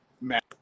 Matt